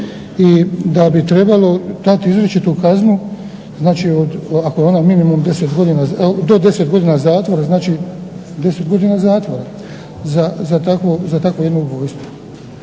i da bi trebalo dati izričitu kaznu, znači ako je ona minimum 10 godina, do 10 godina zatvora znači 10 godina zatvora za takvo jedno ubojstvo.